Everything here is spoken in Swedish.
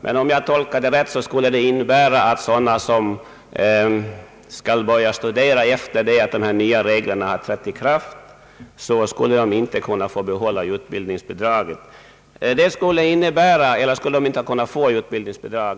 Men om jag tolkar detta rätt, skulle det innebära att sådana som skall börja studera efter det att de nya reglerna trätt i kraft inte skulle kunna erhålla utbildningsbidrag.